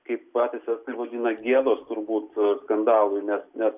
kaip patys apibūdina gėdos turbūt skandalui nes